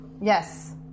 Yes